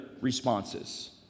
responses